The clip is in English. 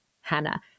Hannah